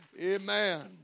Amen